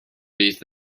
bydd